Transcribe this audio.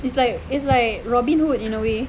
it's like it's like robin hood in a way